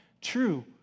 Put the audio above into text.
true